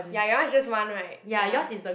ya your one is just one [right] ya